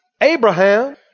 Abraham